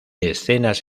escenas